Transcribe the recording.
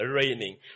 raining